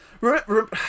Remember